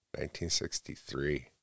1963